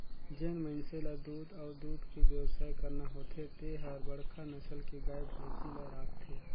जेन मइनसे ल दूद अउ दूद के बेवसाय करना होथे ते हर बड़खा नसल के गाय, भइसी ल राखथे